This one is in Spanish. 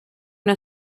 una